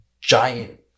giant